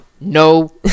no